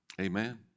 Amen